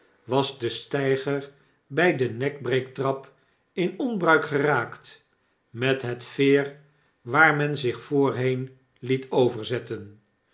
was de steiger by de nekbreektrap in onbruik geraakt met het veer waar men zich voorheen liet overzetten